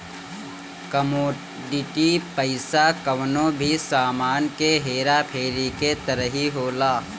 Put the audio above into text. commodity पईसा कवनो भी सामान के हेरा फेरी के तरही होला